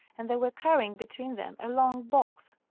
and they were carrying between them a long box.